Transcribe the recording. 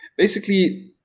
basically,